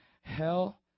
Hell